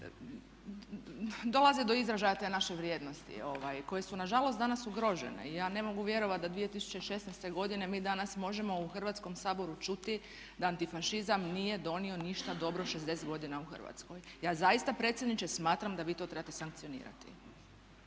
dolaze do izražaja te naše vrijednosti koje su na žalost danas ugrožene. Ja ne mogu vjerovati da 2016. godine mi danas možemo u Hrvatskom saboru čuti da antifašizam nije donio ništa dobro 60 godina u Hrvatskoj. Ja zaista predsjedniče smatram da vi to trebate sankcionirati.